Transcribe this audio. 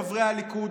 חברי הליכוד,